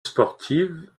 sportive